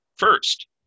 First